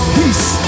peace